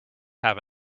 have